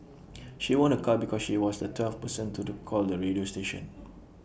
she won A car because she was the twelfth person to the call the radio station